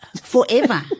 Forever